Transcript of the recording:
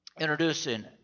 introducing